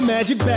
Magic